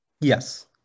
Yes